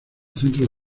centros